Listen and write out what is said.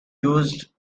used